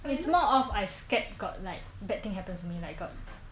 it's more of I scared got like bad thing happens to me like got